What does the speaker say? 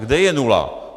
Kde je nula?